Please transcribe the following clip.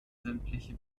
sämtliche